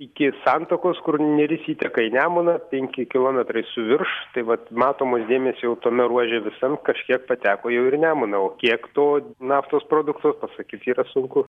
iki santakos kur neris įteka į nemuną penki kilometrai su virš tai vat matomos dėmės jau tame ruože visam kažkiek pateko jau ir į nemuną o kiek to naftos produktų pasakyt yra sunku